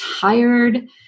tired